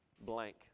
Blank